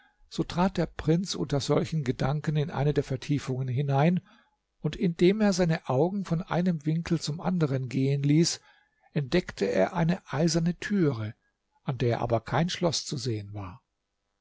so trat der prinz unter solchen gedanken in eine der vertiefungen hinein und indem er seine augen von einem winkel zum anderen gehen ließ entdeckte er eine eiserne türe an der aber kein schloß zu sehen war